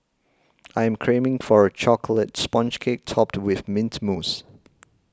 I am craving for a Chocolate Sponge Cake Topped with Mint Mousse